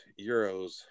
Euros